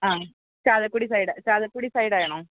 ആ ചാലക്കുടി സൈഡ് ചാലക്കുടി സൈഡാണോ